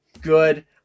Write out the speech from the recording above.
good